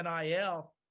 NIL